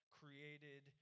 created